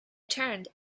turned